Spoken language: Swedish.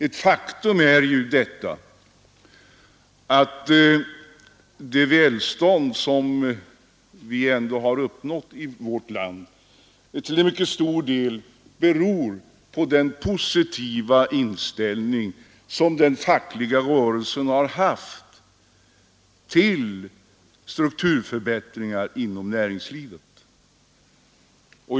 Ett faktum är att det välstånd som vi uppnått i vårt land till mycket stor del beror på den positiva inställning som fackföreningsrörelsen haft till strukturförändringar inom näringslivet.